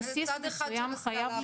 זה צד אחד של הסקלה,